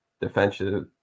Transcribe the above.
defensive